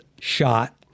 shot